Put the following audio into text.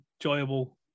enjoyable